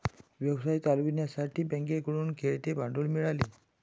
व्यवसाय चालवण्यासाठी बँकेकडून खेळते भांडवल मिळाले